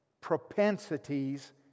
propensities